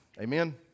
Amen